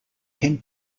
ten